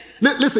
listen